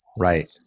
Right